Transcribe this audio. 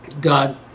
God